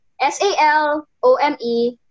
S-A-L-O-M-E